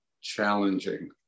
challenging